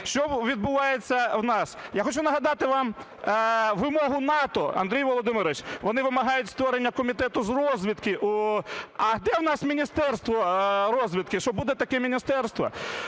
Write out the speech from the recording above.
Що відбувається в нас. Я хочу нагадати вам вимогу НАТО. Андрій Володимирович, вони вимагають створення комітету з розвідки. А де в нас міністерство розвідки? Що, буде таке міністерство?